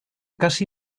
casi